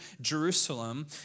Jerusalem